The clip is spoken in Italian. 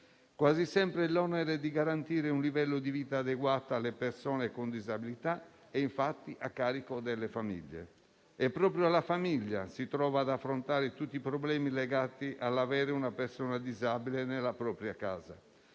Quasi sempre l'onere di garantire un livello di vita adeguato alle persone con disabilità è infatti a carico delle famiglie e proprio la famiglia si trova ad affrontare tutti i problemi legati all'avere una persona disabile nella propria casa.